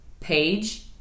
page